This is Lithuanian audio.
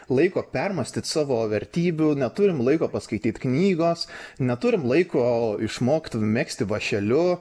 laiko permąstyt savo vertybių neturim laiko paskaityt knygos neturim laiko išmokt megzti vąšeliu